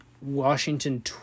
Washington